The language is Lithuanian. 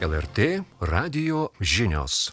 lrt radijo žinios